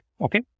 Okay